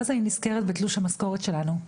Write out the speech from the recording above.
ואז אני נזכרת בתלוש המשכורת שלנו,